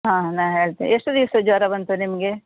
ಹಾಂ ನಾ ಹೇಳ್ತೆ ಎಷ್ಟು ದಿವಸ ಜ್ವರ ಬಂತು ನಿಮಗೆ